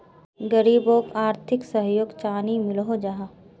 गरीबोक आर्थिक सहयोग चानी मिलोहो जाहा?